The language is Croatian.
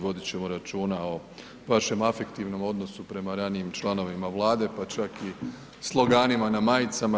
Vodit ćemo računa o vašem afektivnom odnosu prema ranijim članovima Vlade pa čak i sloganima na majicama.